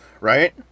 right